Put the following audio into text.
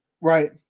right